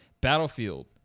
Battlefield